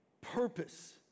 purpose